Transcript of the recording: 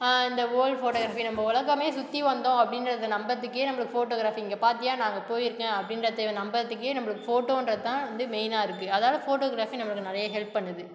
இந்த world photography நம்ம உலகமே சுற்றி வந்தோம் அப்படின்றத நம்பரத்துக்கே நம்மளுக்கு ஃபோட்டோகிராஃபி இங்கே பார்த்தியா நான் அங்கே போயிருக்கேன் அப்படின்றத நம்பரத்துக்கே நம்மளுக்கு ஃபோட்டோன்றது தான் வந்து மெயினாருக்கு அதால் ஃபோட்டோகிராஃபி நமக்கு நிறையா ஹெல்ப் பண்ணுது